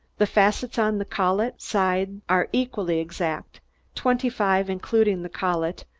the facets on the collet side are equally exact twenty-five, including the collet,